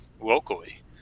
locally